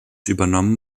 übernommen